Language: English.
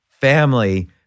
family